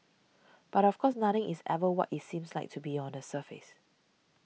but of course nothing is ever what it seems like to be on the surface